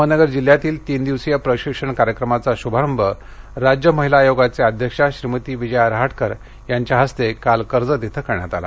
अहमदनगर जिल्ह्यातील तीन दिवसीय प्रशिक्षण कार्यक्रमाचा शुभारंभ राज्य महिला आयोगाच्या अध्यक्षा श्रीमती विजया रहाटकर यांच्या हस्ते काल कर्जत येथे करण्यात आला